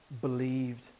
believed